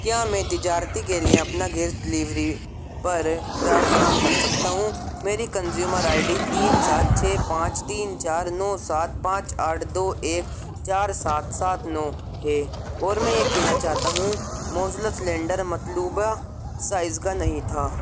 کیا میں تجارتی کے لیے اپنا گیس ڈلیوری پر رائے فراہم کر سکتا ہوں میری کنزیومر آئی ڈی تین سات چھ پانچ تین چار نو سات پانچ آٹھ دو ایک چار سات سات نو ہے اور میں یہ کہنا چاہتا ہوں موزلہ سلنڈر مطلوبہ سائز کا نہیں تھا